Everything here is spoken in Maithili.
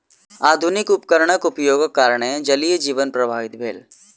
आधुनिक उपकरणक उपयोगक कारणेँ जलीय जीवन प्रभावित भेल